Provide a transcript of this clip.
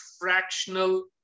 fractional